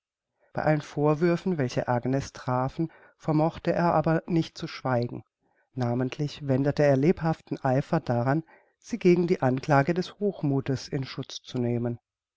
bei allen vorwürfen welche agnes trafen vermochte er aber nicht zu schweigen namentlich wendete er lebhaften eifer daran sie gegen die anklage des hochmuthes in schutz zu nehmen